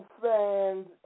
fans